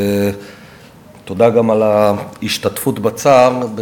תודה גם על ההשתתפות בצער.